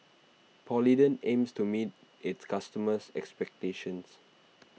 Polident aims to meet its customers' expectations